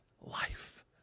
life